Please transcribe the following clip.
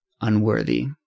unworthy